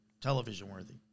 television-worthy